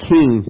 King